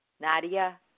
Nadia